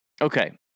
Okay